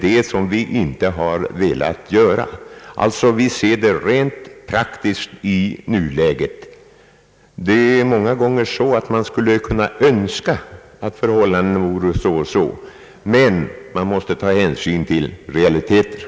Det har vi inte velat göra. Vi ser det alltså rent praktiskt i nuläget. Det är många gånger så att man skulle kunna önska att förhållandena vore så och så, men man måste ta hänsyn till realiteterna.